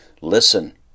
Listen